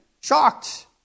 shocked